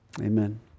amen